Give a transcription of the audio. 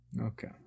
Okay